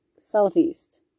Southeast